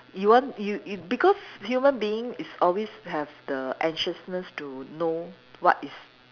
you want you you because human being is always have the anxiousness to know what is